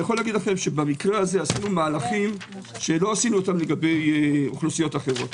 במקרה הזה עשינו מהלכים שלא עשינו אותם לגבי אוכלוסיות אחרות.